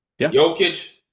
Jokic